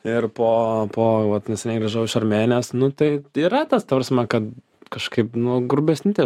ir po po vat neseniai grįžau iš armėnijos nu tai yra tas ta prasme kad kažkaip nu grubesni tie